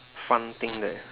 fun thing that